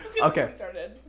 Okay